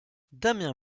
damien